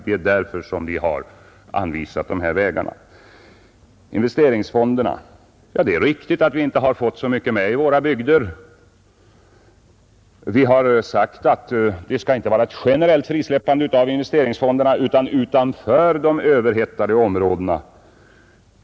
Det är därför vi har anvisat de av oss rekommenderade vägarna. I fråga om investeringsfonderna är det riktigt att vi nu inte har fått så mycket med i våra bygder. Vi har framhållit att det inte bör vara ett generellt frisläppande av investeringsfonderna utan endast inom de inte överhettade områdena.